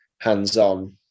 hands-on